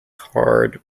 hard